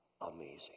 amazing